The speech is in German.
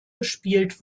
gespielt